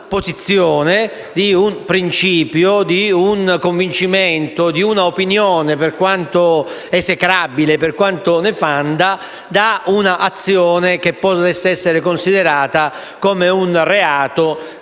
posizione, di un principio, di un convincimento e di un'opinione, per quanto esecrabile e nefanda, da un'azione che possa essere considerata come un reato,